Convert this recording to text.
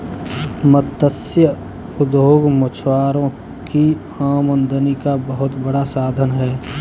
मत्स्य उद्योग मछुआरों की आमदनी का बहुत बड़ा साधन है